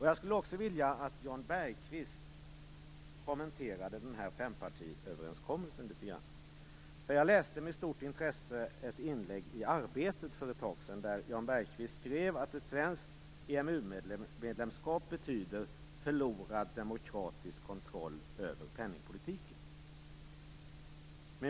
Jag skulle också vilja att Jan Bergqvist kommenterade fempartiöverenskommelsen litet grand. Jag läste med stort intresse ett inlägg i Arbetet för ett tag sedan där Jan Bergqvist skrev att ett svenskt EMU medlemskap betyder förlorad demokratisk kontroll över penningpolitiken.